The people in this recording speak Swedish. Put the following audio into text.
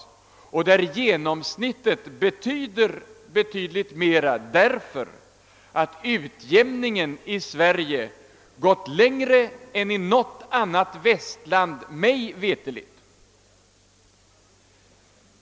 I verkligheten är standarden avsevärt bättre än genomsnittssiffrorna visar, eftersom utjämningen har gått längre hos Oss än i något annat västland mig veterligt.